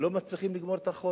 לא מצליחים לגמור את החודש.